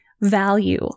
value